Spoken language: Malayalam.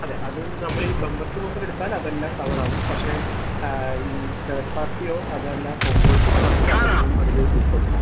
അതേ അതും നമ്മളീ ബമ്പർ ടു ബമ്പർ എടുത്താൽ അതെല്ലാം കവറാകും പക്ഷേ ഈ തേഡ് പാർട്ടിയോ അതല്ല കോമ്പ്രിഹെൻസീവാണെങ്കിൽ അതൊന്നും അതിൽ ഉൾക്കൊള്ളില്ല